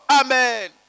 Amen